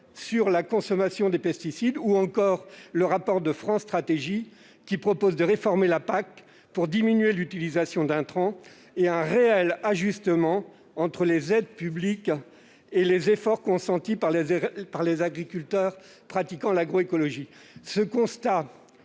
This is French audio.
la consommation de pesticides, ou encore celui de France Stratégie, qui propose de réformer la PAC, afin de diminuer l'utilisation d'intrants, et de procéder à un réel ajustement entre aides publiques et efforts consentis par les agriculteurs pratiquant l'agroécologie. Ce constat